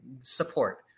support